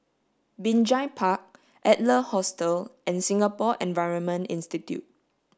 Binjai Park Adler Hostel and Singapore Environment Institute